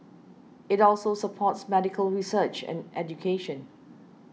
it also supports medical research and education